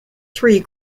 three